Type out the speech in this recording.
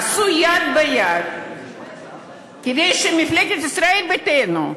עשו יד אחת כדי שמפלגת ישראל ביתנו,